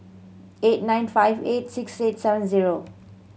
eight nine five eight six eight seven zero